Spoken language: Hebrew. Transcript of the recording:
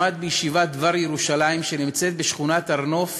למד בישיבת "דבר ירושלים", שנמצאת בשכונת הר-נוף,